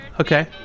okay